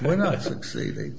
we're not succeeding